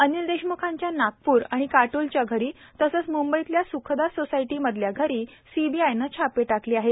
अनिल देशमुखांच्या नागपूर आणि काटोलच्या घरी तसेच म्ंबईतल्या स्खदा सोसायटीमधल्या घरी सीबीआयने छापे टाकले आहेत